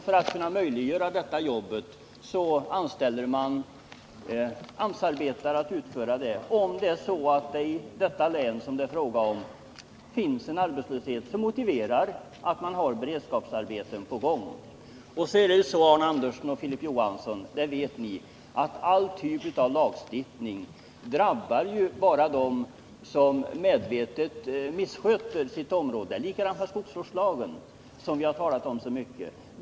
För att kunna utföra detta arbete anställer man AMS-arbetare, om det i ifrågavarande län finns en arbetslöshet som motiverar att man har beredskapsarbeten. Både Arne Andersson och Filip Johansson vet att all typ av lagstiftning bara drabbar dem som medvetet missköter sitt område. Det är likadant med Nr 33 skogsvårdslagen, som vi har talat så mycket om.